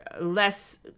less